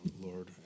Lord